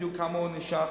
בדיוק כמה הוא נשאר,